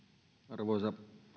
arvoisa